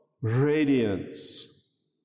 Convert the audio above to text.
radiance